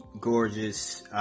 gorgeous